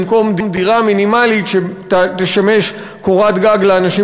במקום דירה מינימלית שתשמש קורת גג לאנשים